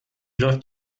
läuft